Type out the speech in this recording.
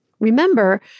Remember